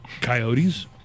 Coyotes